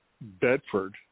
Bedford